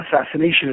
assassination